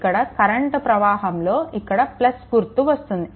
ఇక్కడ కరెంట్ ప్రవాహంలో మొదట గుర్తు వస్తుంది